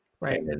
right